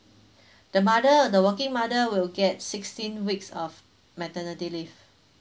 the mother the working mother will get sixteen weeks of maternity leave